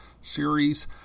series